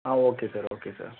ah okay sir okay sir